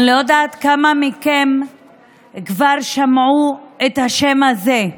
אני לא יודעת כמה מכם כבר שמעו את השם הזה.